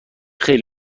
خیلی